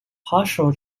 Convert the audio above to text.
partial